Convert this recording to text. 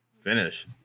finish